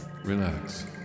Relax